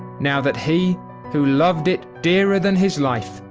now that he who loved it, dearer than his life,